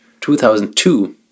2002